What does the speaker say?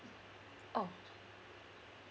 oh